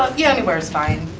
ah yeah, anywhere is fine.